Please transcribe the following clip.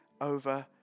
over